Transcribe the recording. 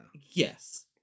Yes